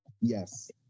yes